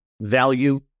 value